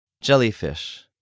jellyfish